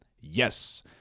Yes